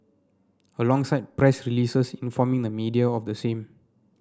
alongside press releases informing the media of the same